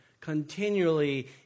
continually